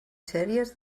sèries